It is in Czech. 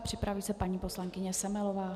Připraví se paní poslankyně Semelová.